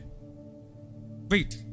Wait